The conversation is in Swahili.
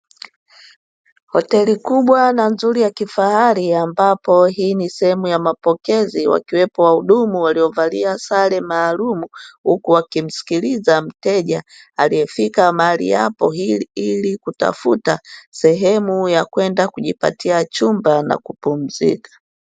Hoteli kubwa na nzuri na ya kifahari ambapo hii ni sehemu ya mapokezi, wakiwepo wahudumu waliovalia sare maalumu. Huku wakimsikiliza mteja aliyefika mahali hapo, ili kutafuta sehemu ya kwenda kujipatia chumba na kupumzika.